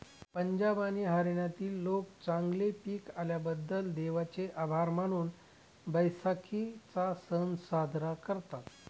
पंजाब आणि हरियाणातील लोक चांगले पीक आल्याबद्दल देवाचे आभार मानून बैसाखीचा सण साजरा करतात